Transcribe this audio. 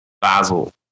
basil